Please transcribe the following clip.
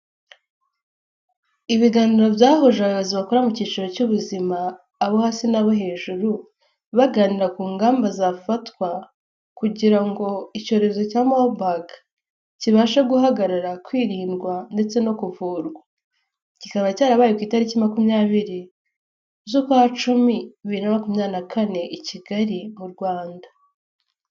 Ibiganiro byahuje abayobozi bakora mu cyiciro cy'ubuzima abo hasi n'abo hejuru baganira ku ngamba zafatwa, kugira ngo icyorezo cya Mabaga kibashe guhagarara, kwirindwa, ndetse no kuvurwa, kikaba cyarabaye ku itariki makumyabiri z'ukwa cumi, Bibiri na makumyabiri na kane i Kigali mu Rwanda.